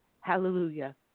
Hallelujah